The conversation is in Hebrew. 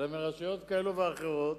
אלא מרשויות כאלה ואחרות,